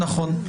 נכון.